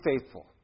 faithful